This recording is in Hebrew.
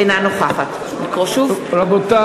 אינה נוכחת רבותי.